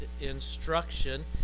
instruction